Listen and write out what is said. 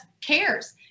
cares